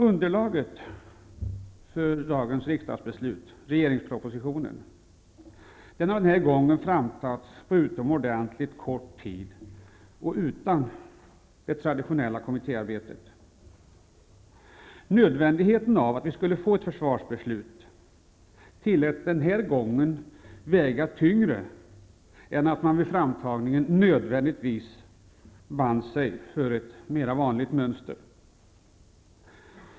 Underlaget för dagens riksdagsbeslut, regeringens proposition, har tagits fram på mycket kort tid och utan det traditionella kommittéarbetet. Nödvändigheten av att få ett försvarsbeslut tilläts denna gång väga tyngre än att man vid framtagningen av beslutet följde ett mera vanligt mönster.